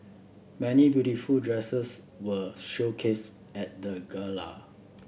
many beautiful dresses were showcased at the Gala